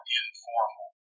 informal